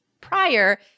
prior